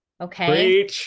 Okay